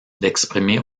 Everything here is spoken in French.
d’exprimer